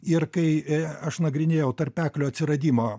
ir kai aš nagrinėjau tarpeklio atsiradimo